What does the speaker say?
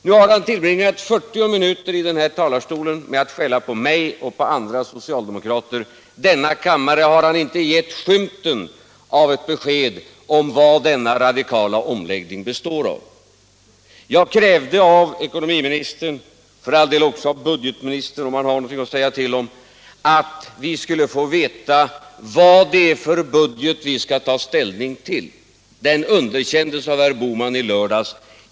Nu har han tillbringat 40 minuter i denna talarstol med att skälla på mig och andra socialdemokrater. Kammaren har han inte givit skymten av ett besked om vari den radikala omläggningen består. Jag krävde av ekonomiministern — för all del också av budgetministern, om han har någonting att säga till om — att vi skulle få veta vad det är för budget som vi skall ta ställning till. Den underkändes ju av herr Bohman i lördags.